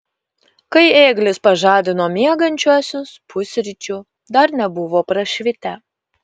kai ėglis pažadino miegančiuosius pusryčių dar nebuvo prašvitę